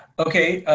okay,